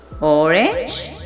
orange